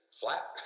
flat